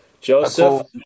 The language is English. Joseph